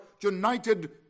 united